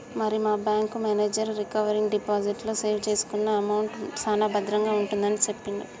మరి మా bank manager recurring deposit లో సేవ్ చేసుకున్న అమౌంట్ సాన భద్రంగా ఉంటుందని సెప్పిండు